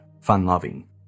fun-loving